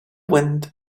wind